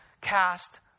cast